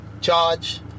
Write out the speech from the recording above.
Charge